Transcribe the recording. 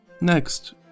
Next